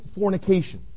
fornication